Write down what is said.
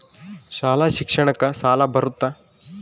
ಶಾಲಾ ಶಿಕ್ಷಣಕ್ಕ ಸಾಲ ಬರುತ್ತಾ?